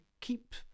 keep